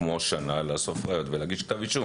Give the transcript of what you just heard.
כמו שנה לאסוף ראיות ולהגיש כתב אישום.